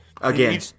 Again